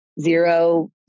zero